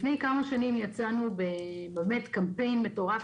לפני כמה שנים יצאנו בקמפיין מטורף